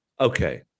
Okay